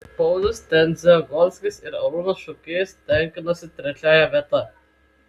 paulius tendzegolskis ir arūnas šukys tenkinosi trečiąja vieta